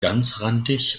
ganzrandig